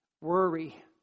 Worry